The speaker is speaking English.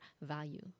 value